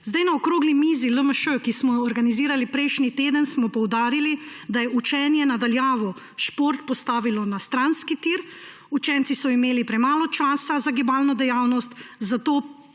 Na okrogli mizi LMŠ, ki smo jo organizirali prejšnji teden, smo poudarili, da je učenje na daljavo šport postavilo na stranski tir, učenci so imeli premalo časa za gibalno dejavnost, zato